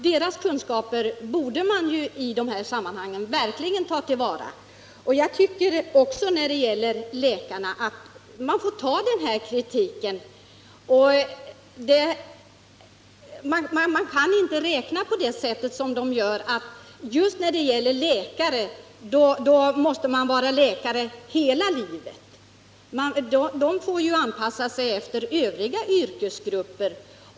Deras kunskaper borde man verkligen ta till vara i dessa sammanhang. När det gäller läkarutbildningen tycker jag att man får ta den här kritiken. Man kan inte räkna på det sättet att just läkare måste man vara hela livet. Läkarna får ju anpassa sig efter övriga yrkesgrupper.